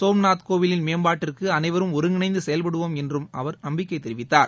சோம்நாத் கோவிலின் மேம்பாட்டிற்கு அனைவரும் ஒருங்கிணைந்து செயல்படுவோம் என்று அவர் நம்பிக்கை தெரிவித்தார்